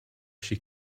she